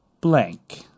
blank